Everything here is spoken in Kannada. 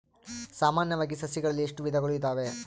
ಸಾಮಾನ್ಯವಾಗಿ ಸಸಿಗಳಲ್ಲಿ ಎಷ್ಟು ವಿಧಗಳು ಇದಾವೆ?